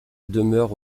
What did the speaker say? demeure